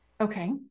Okay